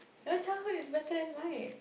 your childhood is better than mine